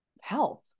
health